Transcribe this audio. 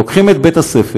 לוקחים את בית-הספר,